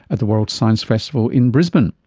at the world science festival in brisbane